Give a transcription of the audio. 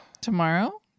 tomorrow